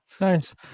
Nice